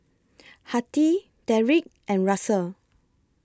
Hattie Deric and Russel